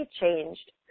changed